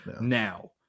now